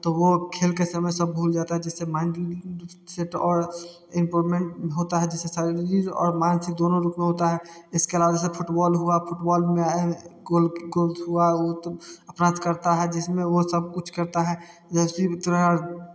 तो वो खेल के समय सब भूल जाता है जिससे मैंटली अपसेट और इम्प्रूवमेंट होता है जिससे शारीरिक और मानसिक दोनों रूप में होता है इसके अलावा जैसे फुटबॉल हुआ फुटबॉल में गोल्स हुआ वो तो करता है जिसमें वो सब कुछ करता है जैसे ही थोड़ा